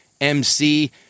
MC